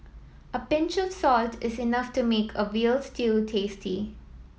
a pinch of salt is enough to make a veal stew tasty